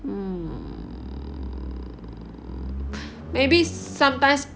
hmm maybe sometimes